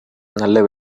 நல்ல